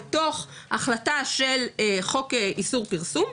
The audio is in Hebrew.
בתוך החלטה של חוק איסור פרסום,